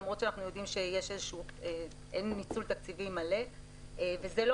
למרות שאנחנו יודעים שאין ניצול תקציבי מלא וזה לא